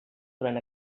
durant